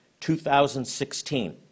2016